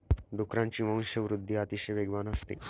डुकरांची वंशवृद्धि अतिशय वेगवान असते